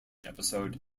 episode